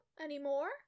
anymore